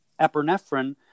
epinephrine